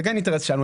זה כן אינטרס שלנו.